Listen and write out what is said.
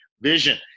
vision